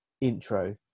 intro